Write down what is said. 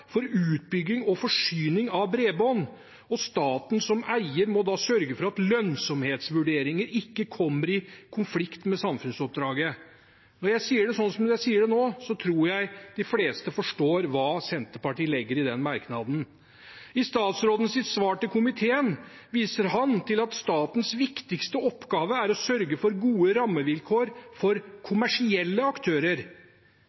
for utbygging og forsyning av bredbånd. Staten som eier må da sørge for at lønnsomhetsvurderinger ikke kommer i konflikt med samfunnsoppdraget. Når jeg sier det sånn som jeg sier det nå, tror jeg de fleste forstår hva Senterpartiet legger i den merknaden. I sitt svar til komiteen viser statsråden til at statens viktigste oppgave er å sørge for gode rammevilkår for